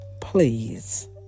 please